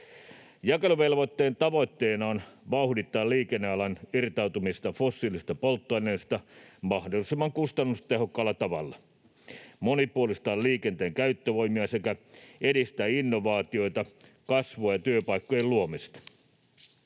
Jakeluvelvoitteen tavoitteena on vauhdittaa liikennealan irtautumista fossiilisista polttoaineista mahdollisimman kustannustehokkaalla tavalla, monipuolistaa liikenteen käyttövoimia sekä edistää innovaatioita, kasvua ja työpaikkojen luomista.